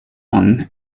one